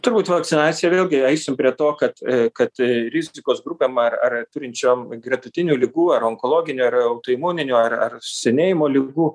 turbūt vakcinacija vėlgi eisim prie to kad kad rizikos grupėm ar ar turinčiom gretutinių ligų ar onkologinių ar autoimuninių ar ar senėjimo ligų